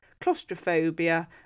claustrophobia